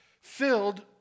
filled